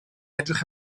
edrych